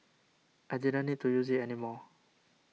I didn't need to use it anymore